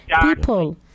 people